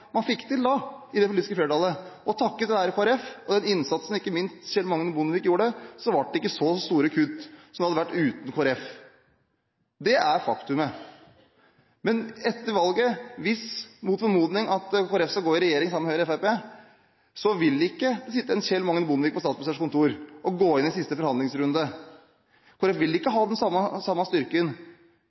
man fikk til i det politiske flertallet da. Takket være Kristelig Folkeparti og den innsatsen ikke minst Kjell Magne Bondevik gjorde, ble det ikke så store kutt som det hadde blitt uten Kristelig Folkeparti. Det er faktumet. Men etter valget – hvis Kristelig Folkeparti mot formodning går i regjering sammen med Høyre og Fremskrittspartiet – vil det ikke sitte en Kjell Magne Bondevik på Statsministerens kontor og gå inn i siste forhandlingsrunde. Kristelig Folkeparti vil ikke ha den samme styrken